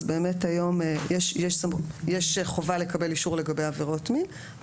היום יש חובה לקבל אישור לגבי עבירות מין.